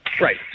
Right